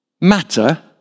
matter